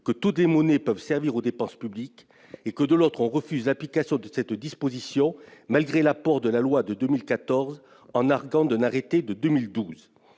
que toutes les monnaies peuvent servir aux dépenses publiques ; d'autre part, on refuse l'application de cette disposition malgré l'apport de la loi de 2014, en arguant d'un arrêté de 2012.